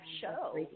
show